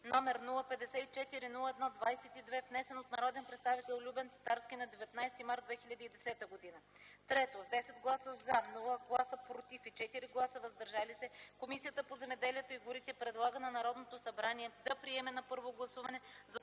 № 054-01-22, внесен от народния представител Любен Татарски на 19 март 2010 г.; 3. С 10 гласа „за”, без „против” и 4 гласа „въздържали се” Комисията по земеделието и горите предлага на Народното събрание да приеме на първо гласуване